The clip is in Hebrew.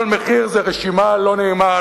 "כל מחיר" זה רשימה לא נעימה,